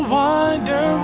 wonder